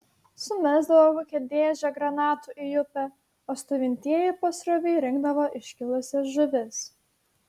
sumesdavo kokią dėžę granatų į upę o stovintieji pasroviui rinkdavo iškilusias žuvis